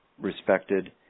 respected